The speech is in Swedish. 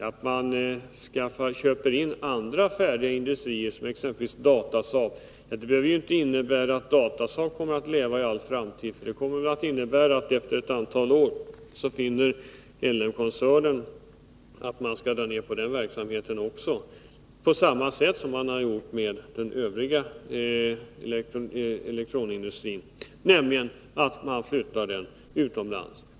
Att man köper upp andra färdiga industrier, exempelvis Datasaab, behöver ju inte innebära att Datasaab kommer att leva i all framtid. Det kommer väl att innebära att L M-koncernen efter ett antal år finner att man skall dra ner på den verksamheten också, på samma sätt som har gjorts med den övriga elektroniska industrin, nämligen genom att flytta den utomlands.